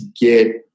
get